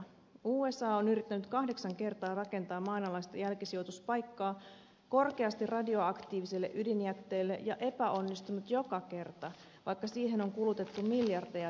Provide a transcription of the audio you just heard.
usa on yrittänyt kahdeksan kertaa rakentaa maanalaista jälkisijoituspaikkaa korkeasti radioaktiiviselle ydinjätteelle ja epäonnistunut joka kerta vaikka siihen on kulutettu miljardeja dollareita